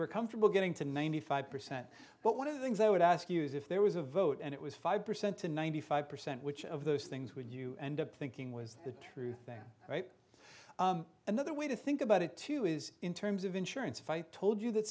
were comfortable getting to ninety five percent but one of the things i would ask you is if there was a vote and it was five percent to ninety five percent which of those things would you end up thinking was the truth there another way to think about it two is in terms of insurance if i told you that